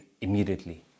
immediately